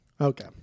Okay